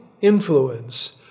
influence